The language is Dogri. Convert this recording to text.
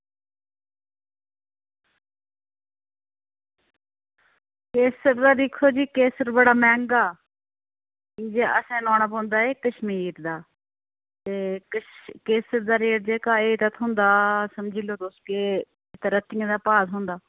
केसर दा दिक्खो जी केसर बड़ा मैंह्गा की जे असें नुआना पौंदा एह् कश्मीर दा ते कश् ते केसर दा रेट जेह्का एह् थ्होंदा समझी लैओ तुस कि एह् रत्तियें दे भाऽ थ्होंदा